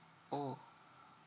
orh